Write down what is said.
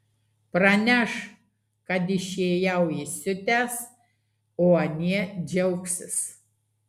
praneš kad išėjau įsiutęs o anie džiaugsis